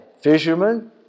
Fishermen